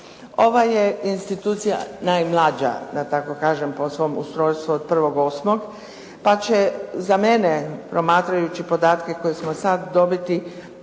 Ova je institucija najmlađa da tako kažem po svom ustrojstvu od 1. 8. pa će za mene promatrajući podatke koje ćemo sada dobiti